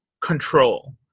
control